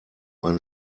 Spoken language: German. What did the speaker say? man